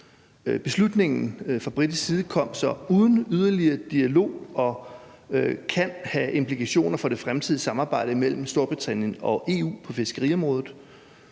Beslutningen fra britisk side kom så uden yderligere dialog og kan have implikationer for det fremtidige samarbejde mellem Storbritannien og EU på fiskeriområdet.